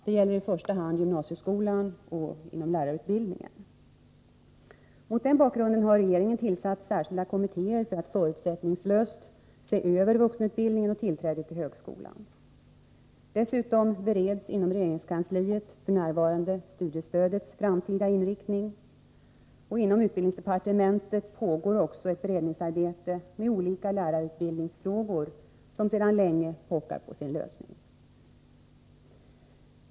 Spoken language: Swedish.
Det gäller i första hand gymnasieskolan och lärarutbildningen. Mot denna bakgrund har regeringen tillsatt särskilda kommittéer för att förutsättningslöst se över vuxenutbildningen och tillträdet till högskolan. Dessutom bereds inom regeringskanliet f.n. studiestödets framtida inriktning. Inom utbildningsdepartementet pågår också ett beredningsarbete med olika lärarutbildningsfrågor som sedan länge pockar på sina lösningar.